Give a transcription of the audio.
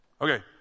Okay